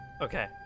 Okay